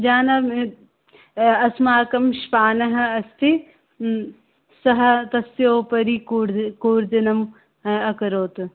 जानामि अस्माकं श्वानः अस्ति सः तस्योपरि कूर्द् कूर्दनम् अकरोत्